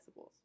decibels